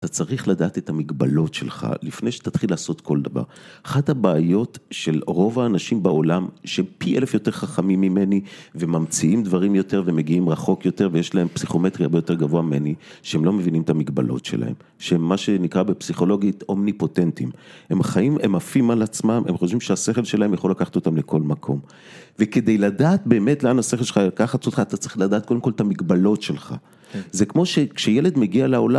אתה צריך לדעת את המגבלות שלך, לפני שתתחיל לעשות כל דבר. אחת הבעיות של רוב האנשים בעולם, שהם פי אלף יותר חכמים ממני, וממציאים דברים יותר ומגיעים רחוק יותר, ויש להם פסיכומטרי הרבה יותר גבוה ממני, שהם לא מבינים את המגבלות שלהם. שהם מה שנקרא בפסיכולוגית, אומניפוטנטים. הם חיים, הם עפים על עצמם, הם חושבים שהשכל שלהם יכול לקחת אותם לכל מקום. וכדי לדעת באמת לאן השכל שלך לקחת אותך, אתה צריך לדעת קודם כל את המגבלות שלך.זה כמו שילד מגיע לעולם